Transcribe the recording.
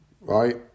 right